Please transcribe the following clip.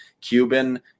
Cuban